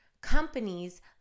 Companies